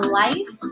life